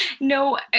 No